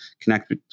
connect